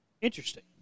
Interesting